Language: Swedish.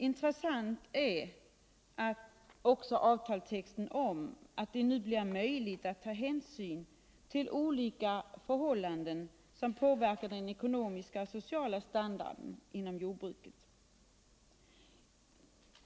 Intressant är att det nu blir möjligt att ta hänsyn till olika förhållanden som påverkar den ekonomiska och sociala standarden inom jordbruket.